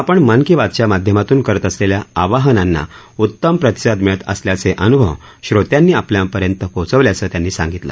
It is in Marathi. आपण मन की बातच्या माध्यमातून करत असलेल्या आवाहनांना उत्तम प्रतिसाद मिळत असल्याचे अनुभव श्रोत्यांनी आपल्यापर्यंत पोचवल्याचं त्यांनी सांगितलं